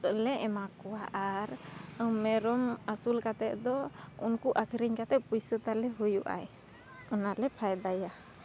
ᱞᱮ ᱮᱢᱟ ᱠᱚᱣᱟ ᱟᱨ ᱢᱮᱨᱚᱢ ᱟᱹᱥᱩᱞ ᱠᱟᱛᱮᱫ ᱫᱚ ᱩᱱᱠᱩ ᱟᱹᱠᱷᱨᱤᱧ ᱠᱟᱛᱮᱫ ᱯᱩᱭᱥᱟᱹᱛᱟᱞᱮ ᱦᱩᱭᱩᱜ ᱟᱭ ᱚᱱᱟᱞᱮ ᱯᱷᱟᱭᱫᱟᱭᱟ